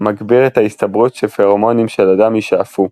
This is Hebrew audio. מגביר את ההסתברות שפרומונים של אדם יישאפו.